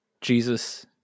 Jesus